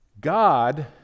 God